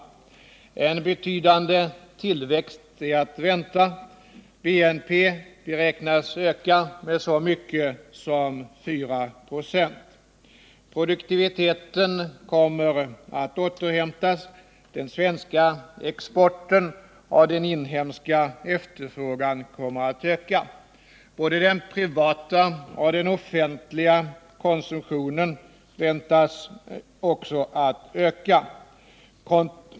En betydande tillväxt är att vänta. BNP beräknas öka med så mycket som 4 96. Produktiviteten kommer att återhämtas. Den svenska exporten och den inhemska efterfrågan kommer att öka. Både den privata och den offentliga konsumtionen väntas också öka.